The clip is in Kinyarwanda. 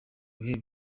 bihe